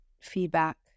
feedback